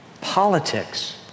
politics